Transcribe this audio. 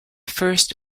first